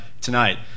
tonight